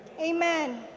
Amen